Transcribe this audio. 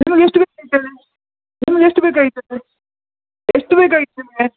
ನಿಮಗೆ ಎಷ್ಟು ಬೇಕು ಹೇಳಿ ನಿಮಗೆ ಎಷ್ಟು ಬೇಕಾಗಿತ್ತು ಎಷ್ಟು ಬೇಕಾಗಿತ್ತು ನಿಮಗೆ